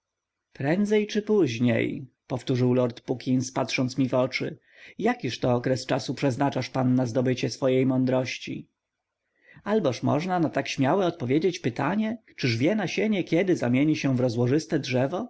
prędzej czy później powtórzył lord puckins patrząc rai w oczy jakiż to okres czasu przeznaczasz pan na zdobycie swojej mądrości alboż można na tak śmiałe odpowiedzieć pytanie czyż wie nasienie kiedy zamieni się w rozłożyste drzewo